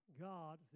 God